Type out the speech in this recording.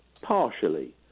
partially